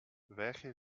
welche